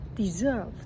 Deserve